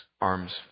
arms